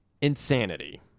insanity